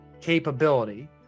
capability